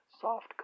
soft